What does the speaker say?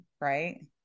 right